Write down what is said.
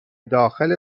داخل